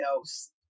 else